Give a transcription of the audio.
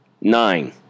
Nine